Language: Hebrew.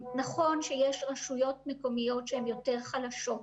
שיש רשויות מקומיות שהן יותר חלשות.